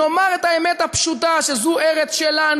נאמר את האמת הפשוטה שזו ארץ שלנו,